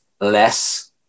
less